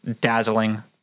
dazzling